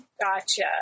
gotcha